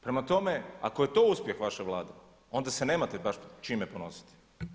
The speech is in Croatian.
Prema tome, ako je to uspjeh vaše Vlade ona se nemate baš čime ponositi.